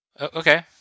okay